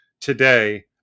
today